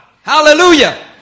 Hallelujah